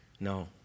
No